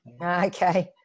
Okay